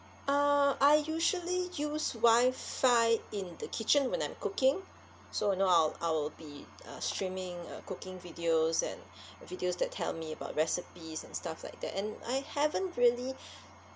uh I usually use wi-fi in the kitchen when I'm cooking so you know I'll I'll be uh streaming uh cooking videos and videos that tell me about recipes and stuff like that and I haven't really